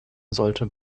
sollte